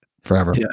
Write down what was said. forever